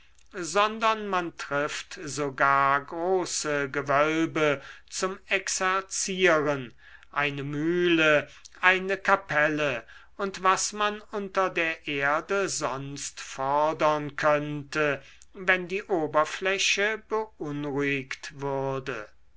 sondern man trifft sogar große gewölbe zum exerzieren eine mühle eine kapelle und was man unter der erde sonst fordern könnte wenn die oberfläche beunruhigt würde